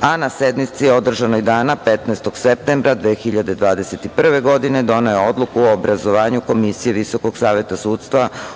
a na sednici održanoj dana 15. septembra 2021. godine doneo je Odluku o obrazovanju Komisije VSS